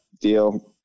deal